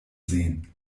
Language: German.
sehen